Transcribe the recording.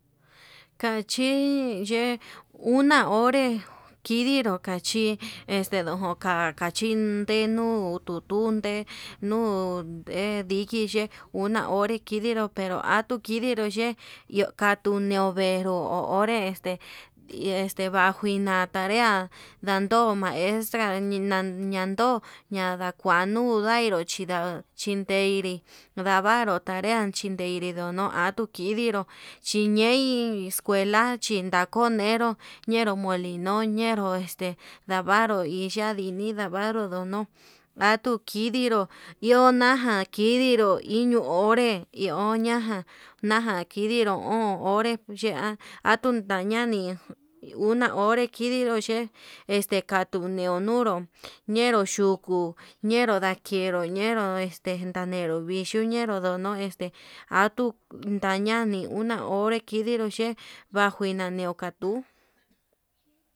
Nachii yee una onré kindiro kachin este ndojo ka'a kachin ndenuu tun tunde, nuu nde diki ye'e una onre kidinro pero atuu kidiro ye'e iho katuu ñio veeró ho onre este vanjuina, tarea dando maestra niña ninando ñanda kuauu yainro chida chindeinri ndavaru tarea chindeiri ndono atuu kidiró, chiñei escuela chidakoi ñeinró ñnero mili no ñoo ñenró este ndavaru iya'a ndiñi ndavaru, ndono atuu kidinró iho naja kidinro iño onré hi iho ñaja najan kidiró o'on onre ye'a atun tañadei una onre kidiró yee este katuu yeu ñonró, ñenró yuku ñenro ndakero indañenro viyuu ñneró yuno este, atuu ndañani una onré kidii nró yee ndajuinani ihokatuu.